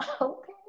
okay